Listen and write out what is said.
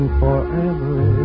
forever